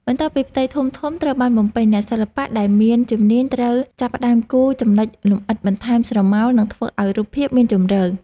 បន្ទាប់ពីផ្ទៃធំៗត្រូវបានបំពេញ អ្នកសិល្បៈដែលមានជំនាញត្រូវចាប់ផ្ដើមគូរចំណុចលម្អិត បន្ថែមស្រមោល និងធ្វើឱ្យរូបភាពមានជម្រៅ។